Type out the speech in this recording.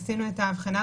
עשינו את ההבחנה,